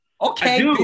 Okay